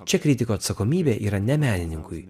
čia kritiko atsakomybė yra ne menininkui